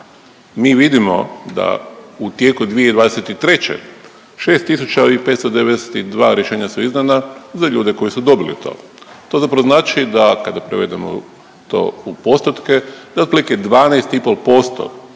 Mi vidimo da u tijeku 2023. 6592 rješenja su izdana za ljude koji su dobili to. To zapravo znači da kada prevedemo to u postotke, da otprilike 12,5%